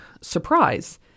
surprise